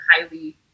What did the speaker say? highly